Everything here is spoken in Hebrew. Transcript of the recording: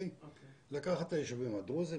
לקחת את היישובים הדרוזיים,